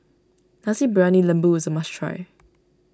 Nasi Briyani Lembu is a must try